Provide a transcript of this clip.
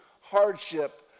hardship